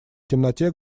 темноте